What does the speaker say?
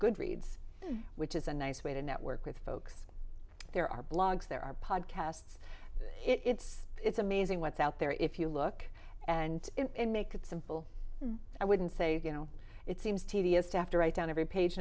good reads which is a nice way to network with folks there are blogs there are podcasts it's it's amazing what's out there if you look and make it simple i wouldn't say you know it seems tedious to have to write down every page